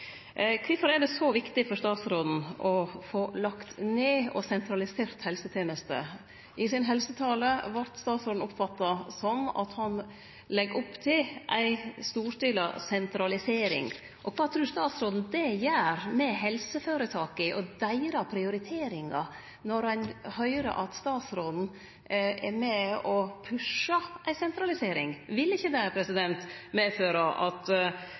Kvifor er det så viktig for statsråden å få lagt ned og sentralisert helsetenester? I helsetala si vart statsråden oppfatta som at han legg opp til ei storstilt sentralisering. Kva trur statsråden det gjer med helseføretaka og deira prioriteringar når ein høyrer at statsråden er med og «pusher» ei sentralisering? Vil ikkje det medføre at